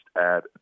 add